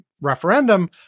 referendum